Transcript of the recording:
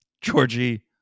Georgie